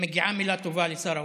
מגיעה מילה טובה לשר האוצר.